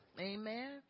Amen